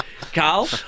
Carl